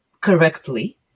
correctly